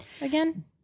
again